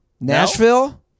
Nashville